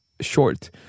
short